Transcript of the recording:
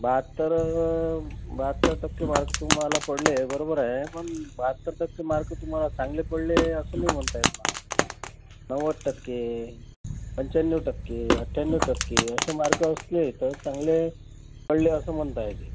बाहत्तर बाहत्तर टक्के मार्क तुम्हाला पडले बरोबर आहे पण बाहत्तर टक्के मार्क तुम्हाला चांगले पडले असं नाही म्हणता येत ना नव्वद टक्के पंचाण्णव टक्के अठ्ठ्याण्णव टक्के असे मार्क असले तर चांगले पडले असं म्हणता येते